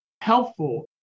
helpful